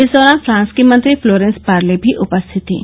इस दौरान फ्रांस की मंत्री पलोरेंस पार्ले भी उपस्थित थीं